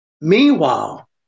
Meanwhile